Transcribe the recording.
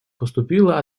поступила